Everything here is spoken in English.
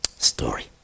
Story